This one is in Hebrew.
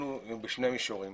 האמון הוא בשני מישורים.